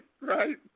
right